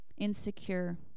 insecure